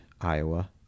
Iowa